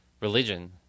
Religion